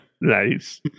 Nice